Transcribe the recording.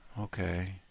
okay